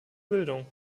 bildung